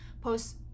post-